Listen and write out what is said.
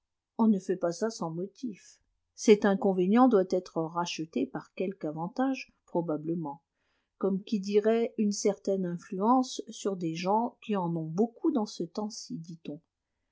on ne fait pas ça sans motifs cet inconvénient doit être racheté par quelque avantage probablement comme qui dirait une certaine influence sur des gens qui en ont beaucoup dans ce temps-ci dit-on